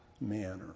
manner